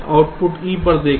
output E पर देखें